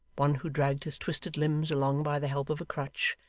one who dragged his twisted limbs along by the help of a crutch,